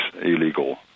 illegal